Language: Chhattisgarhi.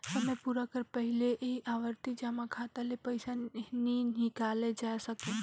समे पुरे कर पहिले ए आवरती जमा खाता ले पइसा नी हिंकालल जाए सके